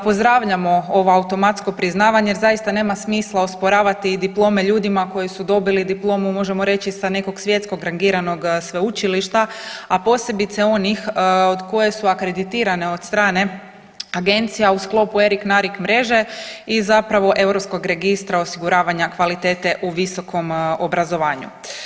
Pozdravljamo ovo automatsko priznavanje jer zaista nema smisla osporavati i diplome ljudima koji su dobili diplomu možemo reći sa nekog svjetskog rangiranog sveučilišta, a posebice onih od koje su akreditirane od strane agencija u sklopu ERIC/NARIC mreže i zapravo Europskog registra osiguravanja kvalitete u visokom obrazovanju.